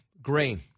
Grain